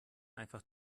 einfach